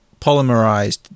polymerized